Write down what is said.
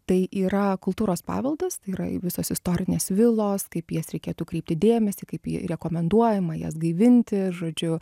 tai yra kultūros paveldas tai yra visos istorinės vilos kaip į jas reikėtų kreipti dėmesį kaip ji rekomenduojama jas gaivinti žodžiu